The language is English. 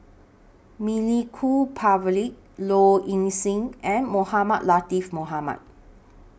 Milenko Prvacki Low Ing Sing and Mohamed Latiff Mohamed